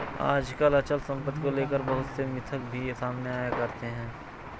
आजकल अचल सम्पत्ति को लेकर बहुत से मिथक भी सामने आया करते हैं